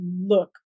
look